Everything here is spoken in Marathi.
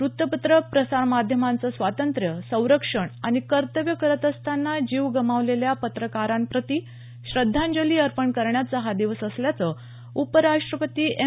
व्त्तपत्रं प्रसारमाध्यमाचं स्वातंत्र्य संरक्षण आणि कर्तव्य करत असताना जीव गमावलेल्या पत्रकारांप्रती श्रद्धांजली अर्पण करण्याचा हा दिवस असल्याचं उपराष्ट्रपती एम